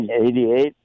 1988